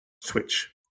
switch